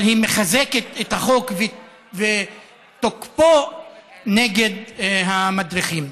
אבל היא מחזקת את החוק ותוקפו נגד המדריכים.